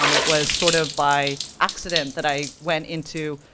um it was sort of by accident that i went into,